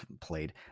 played –